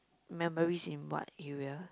memories in what area